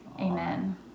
Amen